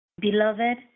Beloved